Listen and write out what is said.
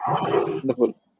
Wonderful